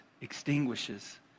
extinguishes